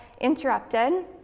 interrupted